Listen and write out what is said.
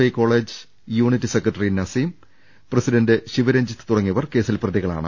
I college unit secretary Naseem president Sivaranjith തുടങ്ങിയവർ കേസിൽ പ്രതികളാണ്